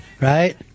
right